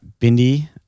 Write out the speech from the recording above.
Bindi